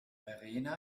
verena